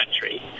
country